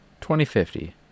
2050